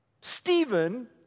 Stephen